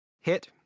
Hit